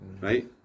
right